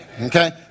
Okay